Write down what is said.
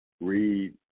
read